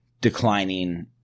declining